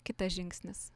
kitas žingsnis